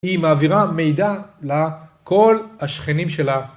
היא מעבירה מידע לכל השכנים שלה.